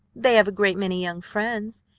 they have a great many young friends,